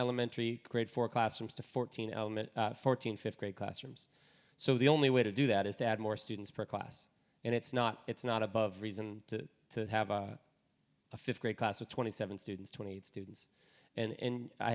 elementary grade four classrooms to fourteen fourteen fifth grade classrooms so the only way to do that is to add more students per class and it's not it's not above reason to have a fifth grade class of twenty seven students twenty students and